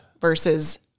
versus